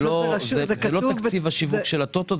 זה לא תקציב השיווק של ה-טוטו.